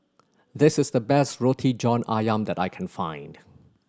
this is the best Roti John Ayam that I can find